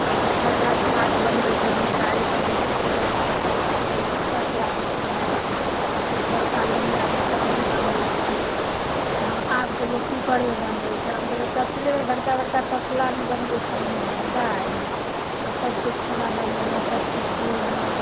आ तकर बाद भात बनबैत छलहुँ दालि बनबैत छलहुँ सभ बड़का बड़का तसल तसलामे खाना बनेलहुँ बड़का लोहियामे सब्जी बनबैत छी आबके लोक कूकरमे बनबैत छै हमसभ तऽ तसलेमे बड़का बड़का तसलामे बनबैत छलहुँ हेँ दालि आ सभके खाना बनेलहुँ सभके खुएलहुँ